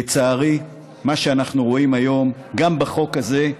לצערי, מה שאנחנו רואים היום, גם בחוק הזה,